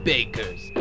Baker's